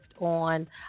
on